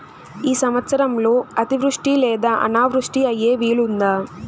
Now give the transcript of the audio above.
ఈ సంవత్సరంలో అతివృష్టి లేదా అనావృష్టి అయ్యే వీలుందా?